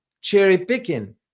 cherry-picking